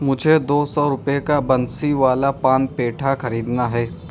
مجھے دو سو روپئےکا بنسی والا پان پیٹھا خریدنا ہے